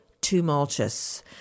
tumultuous